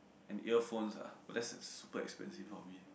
and earphone lah that's super expensive for me